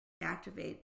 activate